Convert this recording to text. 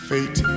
Fate